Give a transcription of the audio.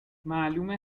معلومه